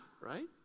right